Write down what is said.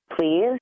please